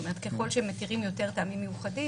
זאת אומרת, ככל שמתירים יותר טעמים מיוחדים,